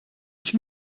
ich